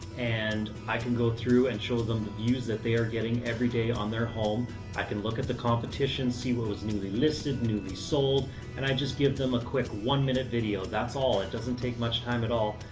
and i can go through and show them the views that they are getting everyday on their home. shawn bell i can look at the competition, see what was newly listed, newly sold and i just give them a quick one minute video. that's all. it doesn't take much time at all.